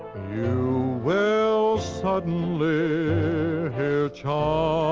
you will suddenly hear chimes